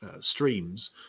streams